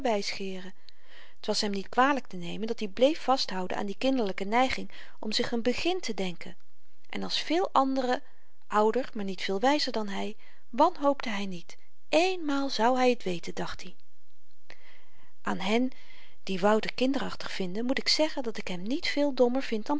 t was hem niet kwalyk te nemen dat-i bleef vasthouden aan die kinderlyke neiging om zich een begin te denken en als veel anderen ouder maar niet veel wyzer dan hy wanhoopte hy niet eenmaal zou hy t weten dacht i aan hen die wouter kinderachtig vinden moet ik zeggen dat ik hem niet veel dommer vind